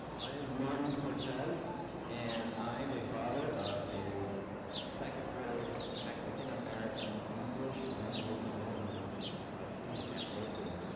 my name is martin cortez and i'm a father of a second grade mexican american english language learning student at maple.